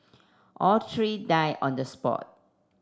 all three die on the spot